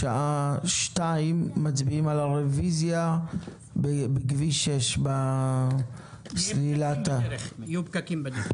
בשעה 14:00 נצביע על הרביזיה לגבי כביש 6. תודה רבה.